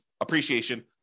appreciation